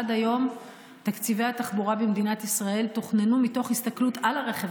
עד היום תקציבי התחבורה במדינת ישראל תוכננו מתוך הסתכלות על הרכב